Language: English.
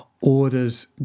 orders